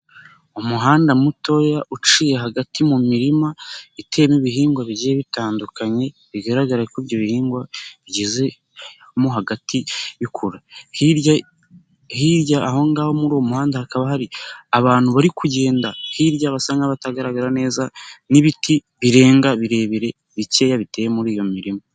Umuhanda mutoya uciye hagati mu mirima iteyemo ibihingwa bigiye bitandukanye, bigaragara ko ibyo bihingwa bigize nko hagati bikura. Hirya aho ngaho muri uwo muhanda, hakaba hari abantu bari kugenda basa n'abatagaragara neza, n'ibiti birenga birebire bikeya biteye muri iyo mirima.